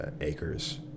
acres